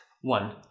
One